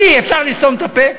לי אפשר לסתום את הפה?